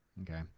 okay